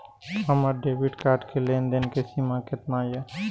हमार debit card के लेन देन के सीमा केतना ये?